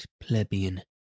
plebeian